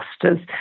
clusters